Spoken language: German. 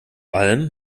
allem